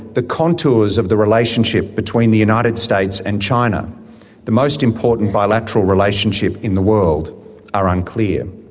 the contours of the relationship between the united states and china the most important bilateral relationship in the world are unclear.